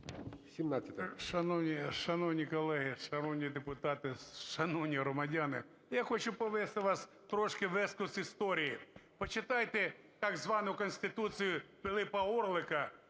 Шановні колеги, шановні депутати, шановні громадяни! Я хочу повести вас трошки в екскурс історії. Почитайте так звану Конституцію Пилипа Орлика,